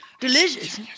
delicious